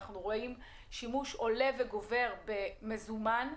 שימוש עולה וגובר במזומן,